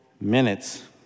minutes